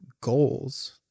goals